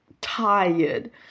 tired